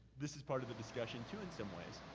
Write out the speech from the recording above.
this is part of the discussion too in some ways.